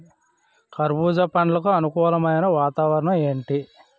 కర్బుజ పండ్లకు అనుకూలమైన వాతావరణం ఏంటి?